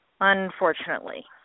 Unfortunately